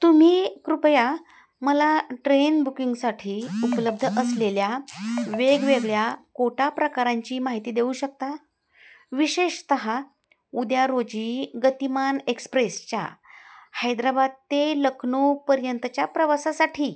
तुम्ही कृपया मला ट्रेन बुकिंगसाठी उपलब्ध असलेल्या वेगवेगळ्या कोटा प्रकारांची माहिती देऊ शकता विशेषतः उद्या रोजी गतिमान एक्सप्रेसच्या हैदराबाद ते लखनौपर्यंतच्या प्रवासासाठी